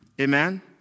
Amen